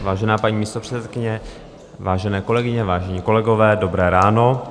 Vážená paní místopředsedkyně, vážené kolegyně, vážení kolegové, dobré ráno.